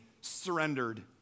surrendered